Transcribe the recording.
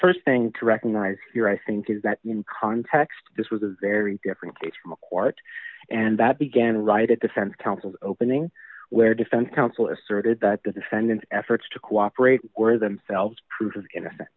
the st thing to recognize your i think is that in context this was a very different case from a court and that began right at the center counsel's opening where defense counsel asserted that the defendants efforts to cooperate were themselves proof of innocen